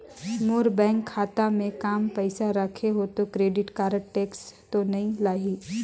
मोर bank खाता मे काम पइसा रखे हो तो क्रेडिट कारड टेक्स तो नइ लाही???